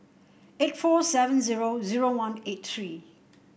eight four seven zero zero one eight three